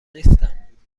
نیستم